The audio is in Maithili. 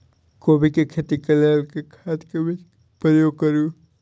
कोबी केँ खेती केँ लेल केँ खाद, बीज केँ प्रयोग करू?